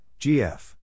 gf